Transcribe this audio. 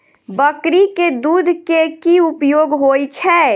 बकरी केँ दुध केँ की उपयोग होइ छै?